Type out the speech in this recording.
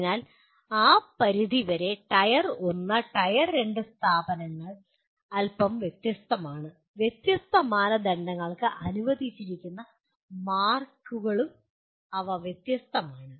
അതിനാൽ ആ പരിധി വരെ ടയർ 1 ടയർ 2 സ്ഥാപനങ്ങൾ അല്പം വ്യത്യസ്തമാണ് വ്യത്യസ്ത മാനദണ്ഡങ്ങൾക്ക് അനുവദിച്ചിരിക്കുന്ന മാർക്ക് അവ വ്യത്യസ്തമാണ്